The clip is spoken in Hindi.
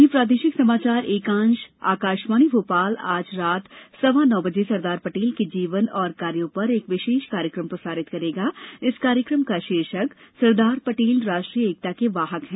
वहीं प्रादेशिक समाचार एकांश आकाशवाणी भोपाल आज रात सवा नौ बजे सरदार पटेल के जीवन और कार्यों पर एक विशेष कार्यक्रम प्रसारित करेगा इस कार्यक्रम का शीर्षक सरदार पटेल राष्ट्रीय एकता के वाहक है